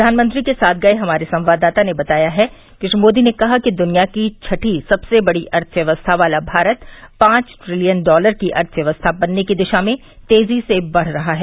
प्रधानमंत्री के साथ गए हमारे संवाददाता ने बताया है कि श्री मोदी ने कहा कि दुनिया की छठी सबसे बड़ी अर्थव्यवस्था वाला भारत पांच ट्रिलियन डॉलर की अर्थव्यवस्था बनने की दिशा में तेजी से बढ़ रहा है